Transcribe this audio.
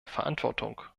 verantwortung